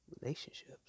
relationships